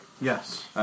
Yes